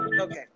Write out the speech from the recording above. Okay